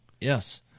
Yes